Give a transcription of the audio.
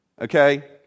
Okay